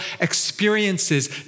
experiences